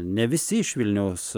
ne visi iš vilniaus